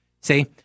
See